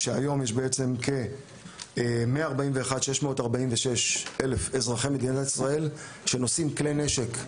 שהיום בעצם יש כ-141,646 אזרחי מדינת ישראל שנושאים כלי נשק,